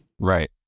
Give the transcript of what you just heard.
right